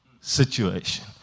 situation